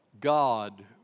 God